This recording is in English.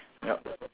yup